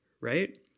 right